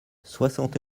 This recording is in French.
soixante